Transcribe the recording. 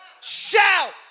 Shout